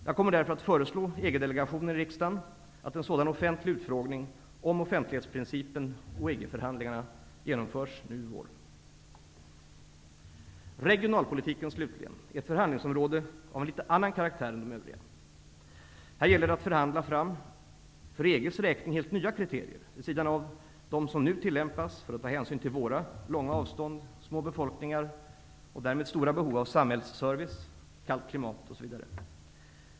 Jag kommer därför att föreslå EG-delegationen i riksdagen att en sådan offentlig utfrågning om offentlighetsprincipen och EG-förhandlingarna genomförs nu i vår. Regionalpolitiken är slutligen ett förhandlingsområde av en litet annan karaktär än de övriga. Här gäller det att förhandla fram för EG:s räkning helt nya kriterier vid sidan av den som nu tillämpas för att ta hänsyn till våra långa avstånd, små befolkningar och därmed stora behov av samhällsservice, kallt klimat osv.